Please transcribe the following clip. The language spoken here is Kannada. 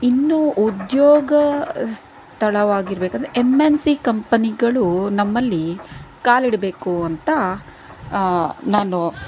ಇನ್ನೂ ಉದ್ಯೋಗ ಸ್ಥಳವಾಗಿರ್ಬೇಕಾದರೆ ಎಂ ಎನ್ ಸಿ ಕಂಪನಿಗಳು ನಮ್ಮಲ್ಲಿ ಕಾಲಿಡಬೇಕು ಅಂತ ನಾನು